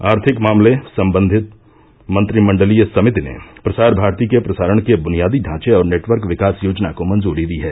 आर्थिक मामले संबंधी मंत्रिमंडलीय समिति ने प्रसार भारती के प्रसारण के बुनियादी ढांचे और नेटवर्क विकास योजना को मंजूरी दी है